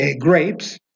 grapes